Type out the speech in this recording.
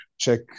check